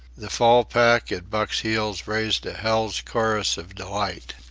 the fall pack at buck's heels raised a hell's chorus of delight.